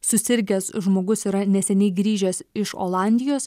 susirgęs žmogus yra neseniai grįžęs iš olandijos